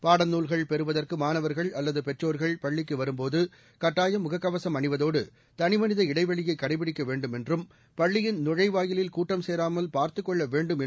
பாடநூல்கள் பெறுவதற்கு மாணவர்கள் அல்லது பெற்றோர்கள் பள்ளிக்கு வரும்போது கட்டாயம் முகக்கவசம் அணிவதோடு தனிமனித இடைவெளியை கடைபிடிக்க வேண்டும் என்றும் பள்ளியின் நுழைவாயிலில் கூட்டம் சேராமல் பார்த்துக் கொள்ள வேண்டும் என்றும் கேட்டுக் கொள்ளப்பட்டுள்ளது